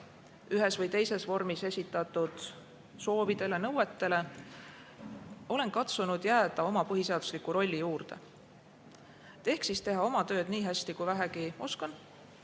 ühes või teises vormis esitatud soovidele ja ka nõuetele, olen katsunud jääda oma põhiseadusliku rolli juurde. Ehk siis teha oma tööd nii hästi, kui vähegi oskan,